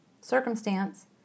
circumstance